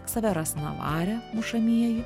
ksaveras navare mušamieji